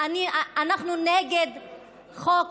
אנחנו נגד חוק